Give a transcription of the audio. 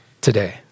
today